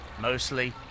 Mostly